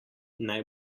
naj